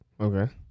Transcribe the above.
Okay